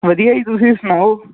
ਵਧੀਆ ਜੀ ਤੁਸੀਂ ਸੁਣਾਓ